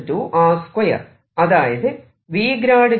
ds r2 അതായത് V V